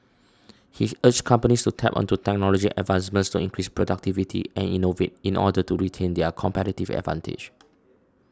he urged companies to tap onto technology advancements to increase productivity and innovate in order to retain their competitive advantage